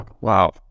Wow